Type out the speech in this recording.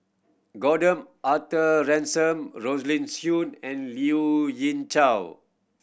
Gordon Arthur Ransome Rosaline Soon and Liu Ying Chow